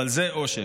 אבל זה עושק.